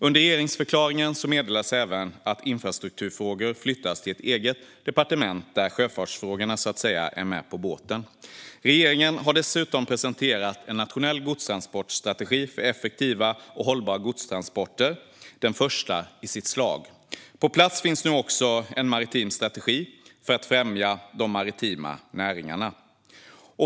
Under regeringsförklaringen meddelades även att infrastrukturfrågor flyttas till ett eget departement, där sjöfartsfrågorna så att säga är med på båten. Regeringen har dessutom presenterat en nationell godstransportstrategi för effektiva och hållbara godstransporter - den första i sitt slag. På plats finns nu också en maritim strategi för att främja de maritima näringarna.